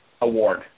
award